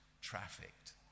trafficked